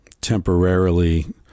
temporarily